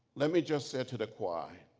let me just say to the choir